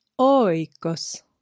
oikos